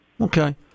Okay